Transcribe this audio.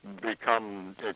become